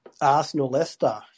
Arsenal-Leicester